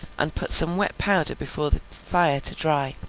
and put some wet powder before the fire to dry.